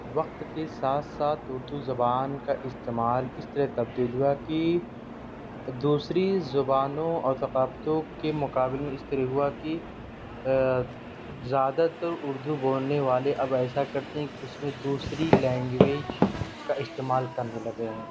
وقت کے ساتھ ساتھ اردو زبان کا استعمال اس طرح تبدیل ہوا کہ دوسری زبانوں اور ثقافتوں کے مقابلے میں اس طرح ہوا کہ زیادہ تر اردو بولنے والے اب ایسا کرتے ہیں کہ اس میں دوسری لینگویج کا استعمال کرنے لگے ہیں